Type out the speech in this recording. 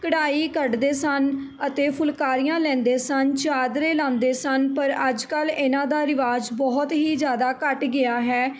ਕਢਾਈ ਕੱਢਦੇ ਸਨ ਅਤੇ ਫੁਲਕਾਰੀਆਂ ਲੈਂਦੇ ਸਨ ਚਾਦਰੇ ਲਾਉਂਦੇ ਸਨ ਪਰ ਅੱਜ ਕੱਲ੍ਹ ਇਹਨਾਂ ਦਾ ਰਿਵਾਜ਼ ਬਹੁਤ ਹੀ ਜ਼ਿਆਦਾ ਘੱਟ ਗਿਆ ਹੈ